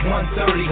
130